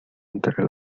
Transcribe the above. entre